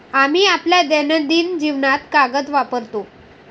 आम्ही आपल्या दैनंदिन जीवनात कागद वापरतो